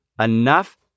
enough